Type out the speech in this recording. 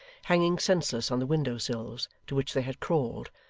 hanging senseless on the window-sills to which they had crawled,